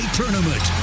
tournament